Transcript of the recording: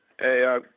Hey